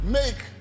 make